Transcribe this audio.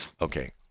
Okay